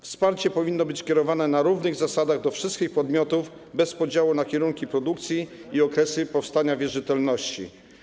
Wsparcie powinno być kierowane na równych zasadach do wszystkich podmiotów bez podziału na kierunki produkcji i okresy powstania wierzytelności.